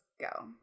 go